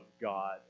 God